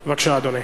בבקשה, אדוני.